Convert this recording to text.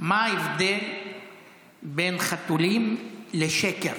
מה ההבדל בין חתולים לשקר?